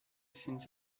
since